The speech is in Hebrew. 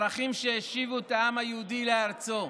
ערכים שהשיבו את העם היהודי לארצו.